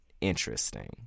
interesting